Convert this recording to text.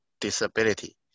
disability